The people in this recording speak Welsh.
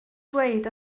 dweud